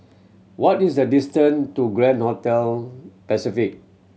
what is the distant to Grand Hotel Pacific